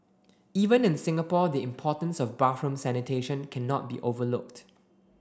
even in Singapore the importance of bathroom sanitation cannot be overlooked